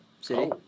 City